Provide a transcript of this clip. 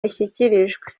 zashyikirijwe